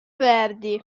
verdi